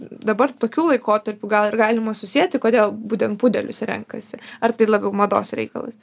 dabar tokiu laikotarpiu gal ir galima susieti kodėl būtent pudelius renkasi ar tai labiau mados reikalas